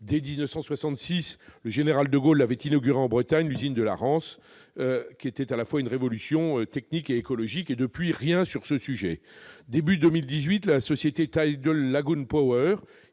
Dès 1966, le général de Gaulle avait inauguré en Bretagne l'usine de la Rance, qui constituait une révolution à la fois technique et écologique. Depuis, rien sur ce sujet ! Début 2018, la société Tidal Lagoon Power